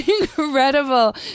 incredible